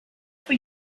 for